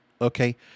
Okay